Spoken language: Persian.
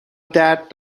درد